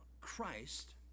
Christ